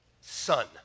son